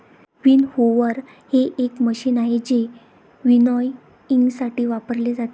winnower हे एक machine आहे जे विनॉयइंगसाठी वापरले जाते